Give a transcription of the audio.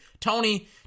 Tony